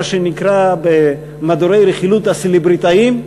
מה שנקרא במדורי הרכילות "הסלבריטאים",